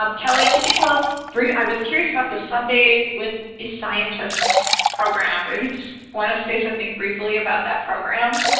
um kelly, can you tell us breifly, i was curious about the sunday with a scientist program if you just want to say something briefly about that program?